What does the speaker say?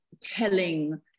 telling